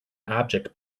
object